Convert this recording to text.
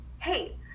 Hey